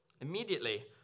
immediately